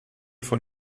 von